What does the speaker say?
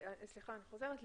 אני חוזרת ל-(ג)